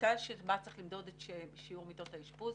לשיטה של מה צריך למדוד בשיעור מיטות האשפוז.